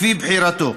לפי בחירתו,